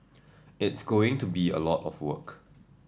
it's going to be a lot of work